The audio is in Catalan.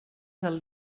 del